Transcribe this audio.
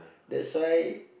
that's why